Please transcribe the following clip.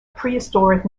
prehistoric